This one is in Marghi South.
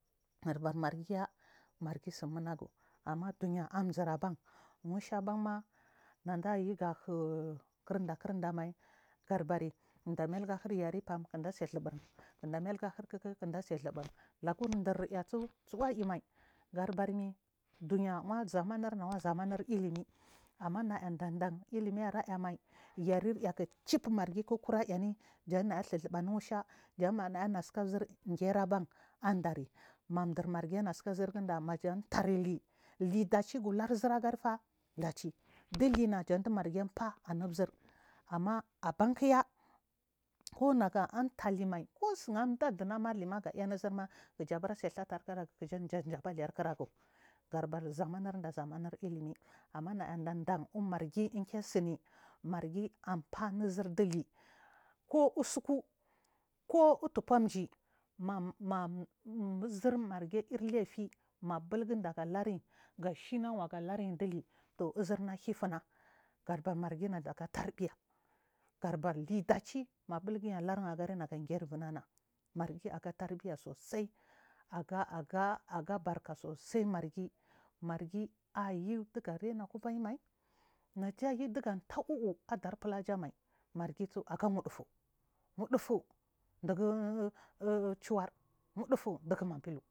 Margiya margi tsumungu amma ɗuniya amzar aba mush ana ban naɗaiyi ga hukirɗa kira amm gadabari naɗamaila hiryare fam kinda maliga hirkik kinda se zhuburi lagundir aiysu suu a mai gadabarmi ɗaniya a zamanuwma zaman illimi amma naya ɗanɗan illimi arayamai yare raye cif margikkura ayane janaya suzubunu musha jan manaje sika zir geriban an ɗari maɗurmmergi anatsidan tanuri ɗaci gulaur zirabe abamfa ɗace ɗilina jan ɗimargi far zir agari ammma a bankya kunagu antalma kusu amda ɗunama hima ga aiynuzirma kiya bura ɗhetu arkiragu kyanyajam bali arkiregu gaɗabar zir mawana janga illimi dan umargi inkesun margi anfanuzirga liko usuku kur utufangi maryi anfa nwurɗili ko vsuku ma zir margi yilafi mabugundaga lurin ɗili gashi na magaliri ɗilitu izirna haifuns gadabar margi naɗaga tarbiya dachi mabulgi alarigari nagger invumamai agatarbiya susai aga barka sosai margi margi ayun ɗige rauna kuvamai najayudi gatuɗu uu aɗarfulajamar margi aga wuɗufu ɗugu ehu war wuɗufu ɗimargimas.